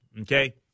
Okay